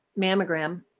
mammogram